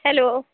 hello